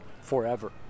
forever